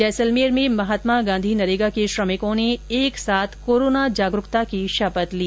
जैसलमेर में मनरेगा के श्रमिकों ने एक साथ कोरोना जागरूकता की शपथ ली